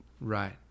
Right